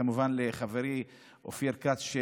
כמובן לחברי אופיר כץ,